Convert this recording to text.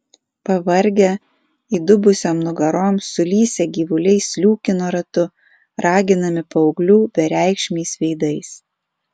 pavargę įdubusiom nugarom sulysę gyvuliai sliūkino ratu raginami paauglių bereikšmiais veidais